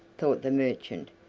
thought the merchant,